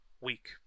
week